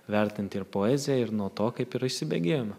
vertinti ir poezija ir nuo to kaip ir įsibėgėjome